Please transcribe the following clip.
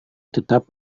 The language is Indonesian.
tetap